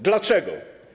Dlaczego?